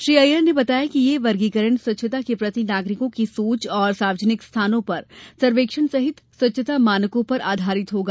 श्री अययर ने बताया कि यह वर्गीकरण स्वच्छता के प्रति नागरिकों की सोंच और सार्वजनिक स्थानों पर सर्वेक्षण सहित स्वच्छता मानकों पर आधारीत होगा